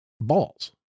balls